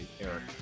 Eric